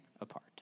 apart